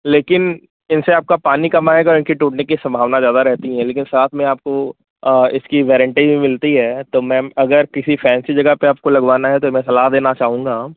लेकिन इनसे आपका पानी कम आएगा और उनके टूटने की संभावना ज्यादा रहती है लेकिन साथ में आपको इसकी वारंटी भी मिलती है तो मैंम अगर किसी ऐसी जगह पर आपको लगवाना है तो मैं आपको सलाह देना चाहूँगा